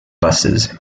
buses